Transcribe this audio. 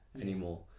anymore